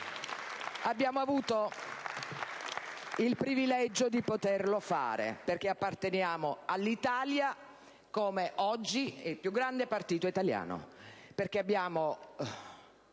Abbiamo avuto il privilegio di poterlo fare perché apparteniamo all'Italia essendo, oggi, il più grande Partito italiano